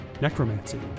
Necromancy